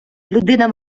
людина